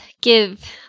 give